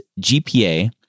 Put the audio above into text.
GPA